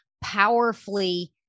powerfully